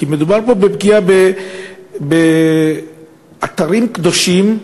כי מדובר פה בפגיעה באתרים קדושים.